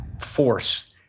force